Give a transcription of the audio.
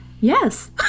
yes